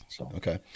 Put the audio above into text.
Okay